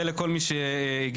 לכל מי שהגיע,